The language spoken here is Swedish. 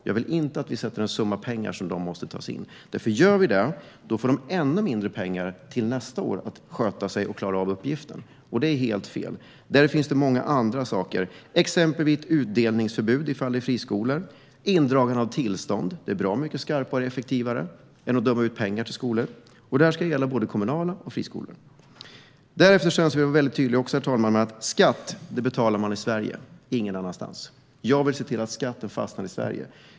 Jag vill inte att vi sätter upp en summa pengar som de måste in med, för gör vi det får de ännu mindre pengar till nästa år för att klara av uppgiften och sköta sig och det är helt fel. Det finns många andra saker, till exempel utdelningsförbud om det är en friskola. Indragning av tillstånd är bra mycket skarpare och effektivare än att döma ut böter till skolor. Det här ska gälla både kommunala skolor och friskolor. Herr talman! Jag vill också vara väldigt tydlig med att skatt betalar man i Sverige och ingen annanstans. Jag vill se till att skatten stannar i Sverige.